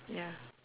ya